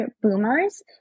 boomers